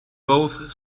both